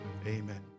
Amen